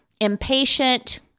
impatient